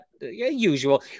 usual